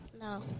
No